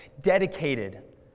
dedicated